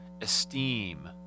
esteem